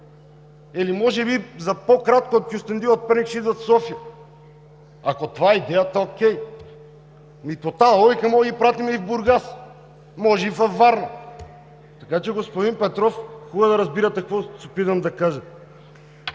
Или може би за по-кратко от Кюстендил и от Перник ще идват в София? Ако това е идеята, окей! По тази логика може да ги пратим и в Бургас, може и във Варна. Така че, господин Петров, хубаво е да разбирате какво се опитвам да кажа.